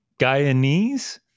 Guyanese